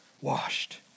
washed